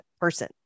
person